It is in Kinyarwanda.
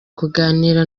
kuganira